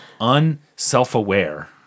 unself-aware